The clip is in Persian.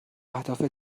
اهداف